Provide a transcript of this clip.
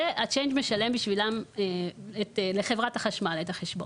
וה"צ'יינג'" משלם עבורם לחברת החשמל את החשבון.